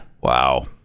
Wow